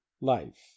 life